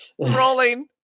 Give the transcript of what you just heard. rolling